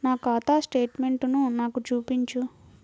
నా ఖాతా స్టేట్మెంట్ను నాకు చూపించు